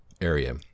area